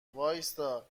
وایستا